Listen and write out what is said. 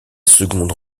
seconde